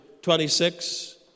26